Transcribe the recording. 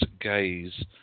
gaze